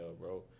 bro